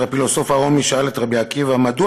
הפילוסוף הרומי שאל את רבי עקיבא: מדוע